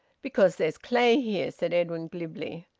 because there's clay here, said edwin glibly.